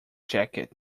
jacket